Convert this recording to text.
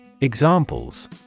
examples